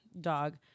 dog